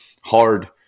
hard